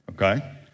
okay